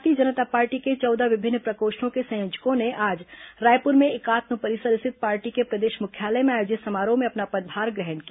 भारतीय जनता पार्टी के चौदह विभिन्न प्रकोष्ठों के संयोजकों ने आज रायपुर में एकात्म परिसर स्थित पार्टी के प्रदेश मुख्यालय में आयोजित समारोह में अपना पदभार ग्रहण किया